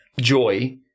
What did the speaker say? joy